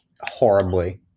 horribly